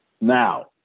Now